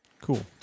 Cool